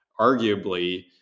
arguably